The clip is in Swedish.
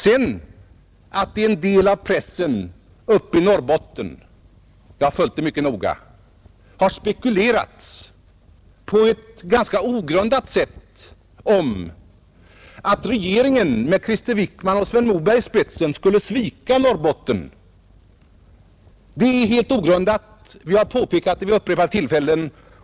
Att det av en del av pressen i Norrbotten — jag har följt det mycket noga — har spekulerats i att regeringen med Krister Wickman och Sven Moberg i spetsen skulle svika Norrbotten är helt ogrundat, och jag har vid upprepade tillfällen påpekat detta.